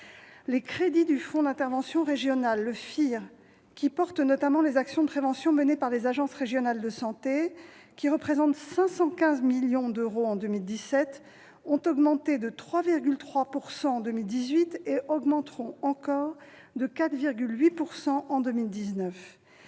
Les crédits du fonds d'intervention régional, le FIR, qui porte notamment les actions de prévention menées par les agences régionales de santé, s'élevaient à 515 millions d'euros en 2017. Ils ont augmenté de 3,3 % en 2018 et augmenteront encore de 4,8 % en 2019.